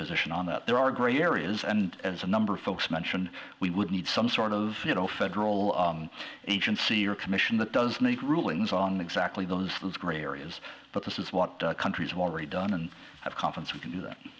position on that there are gray areas and as a number of folks mentioned we would need some sort of you know federal agency or commission that does make rulings on exactly those gray areas but this is what countries have already done and have confidence we can do that